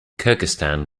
kyrgyzstan